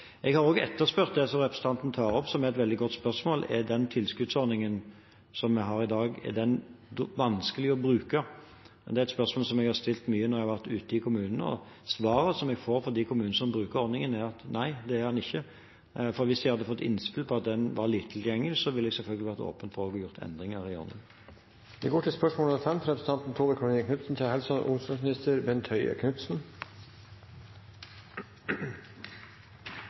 representanten tar opp, som er et veldig godt spørsmål: Er den tilskuddsordningen som vi har i dag, vanskelig å bruke? Det er et spørsmål jeg har stilt ofte når jeg har vært ute i kommunene, og svaret som jeg får fra de kommunene som bruker ordningen, er nei, det er den ikke. Hvis vi hadde fått innspill på at den var lite tilgjengelig, ville jeg selvfølgelig ha vært åpen for å få gjort endringer i ordningen. «Regjeringen har fra 2017 foreslått å endre kriteriene for dagens investeringstilskudd til